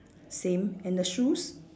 same and the shoes